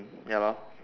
ya lor